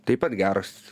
taip pat geros